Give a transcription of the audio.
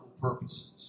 purposes